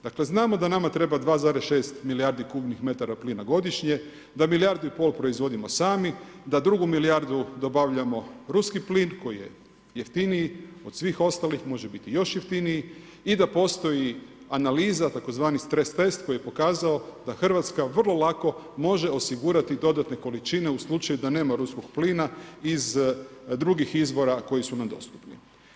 Dakle, znamo da nama treba 2,6 milijardi kubnih metara plina godišnje, da milijardu i pol proizvodimo sami, da drugu milijardu dobavljamo ruski plin koji je jeftiniji od svih ostalih, može biti još jeftiniji i da postoji analiza tzv. strest test koji je pokazao da RH vrlo lako može osigurati dodatne količine u slučaju da nema ruskog plina iz drugih izvora koji su nam dostupni.